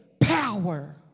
power